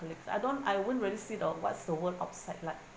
colleagues I don't I won't really see the what's the world outside like